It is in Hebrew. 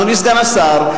אדוני סגן השר,